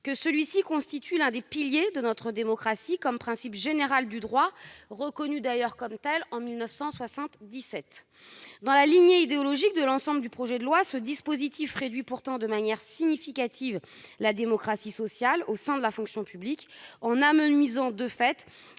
qu'il constitue l'un des piliers de notre démocratie comme principe général du droit, reconnu comme tel en 1977. Dans la lignée idéologique de l'ensemble du projet de loi, le dispositif proposé réduit néanmoins de manière significative la démocratie sociale au sein de la fonction publique, en amenuisant de fait